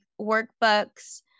workbooks